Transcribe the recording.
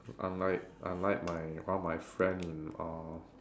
unlike unlike my all my friend uh